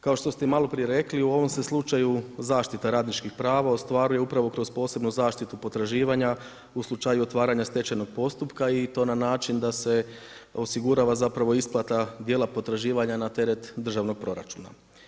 Kao što ste i maloprije rekli u ovom se slučaju zaštita radničkih prava ostvaruje upravo kroz posebnu zaštitu potraživanja u slučaju otvaranja stečenog postupka i to na način da se osigurava isplata dijela potraživanja na teret državnog proračuna.